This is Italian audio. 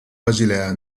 basilea